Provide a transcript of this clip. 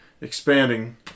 expanding